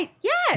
Yes